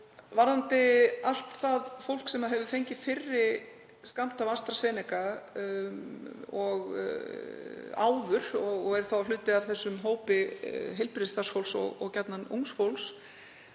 Varðandi allt það fólk sem hefur fengið fyrri skammt af AstraZeneca, og er þá hluti af þessum hópi heilbrigðisstarfsfólks og gjarnan ungs fólks,